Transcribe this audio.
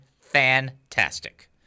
Fantastic